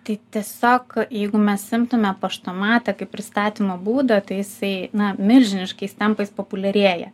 tai tiesiog jeigu mes imtume paštomate kaip pristatymo būdą tai jisai na milžiniškais tempais populiarėja